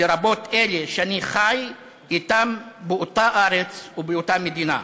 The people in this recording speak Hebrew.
לרבות אלה שאני חי אתם באותה ארץ ובאותה מדינה.